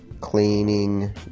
cleaning